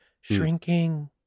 shrinking